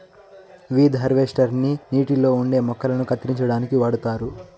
weed harvester ని నీటిలో ఉండే మొక్కలను కత్తిరించడానికి వాడుతారు